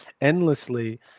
endlessly